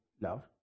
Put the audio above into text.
love